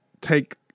take